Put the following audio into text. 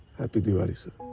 happy diwali sir.